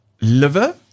liver